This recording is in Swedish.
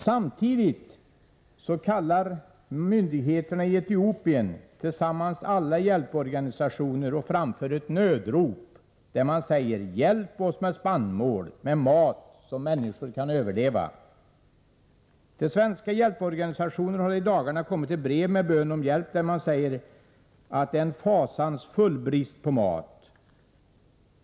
Samtidigt kallar myndigheterna i Etiopien samman alla hjälporganisationer och framför ett nödrop: Hjälp oss med spannmål, med mat, så att människor kan överleva! Till svenska hjälporganisationer har i dagarna kommit ett brev med bön om hjälp, där man säger att det råder en fasansfull brist på mat.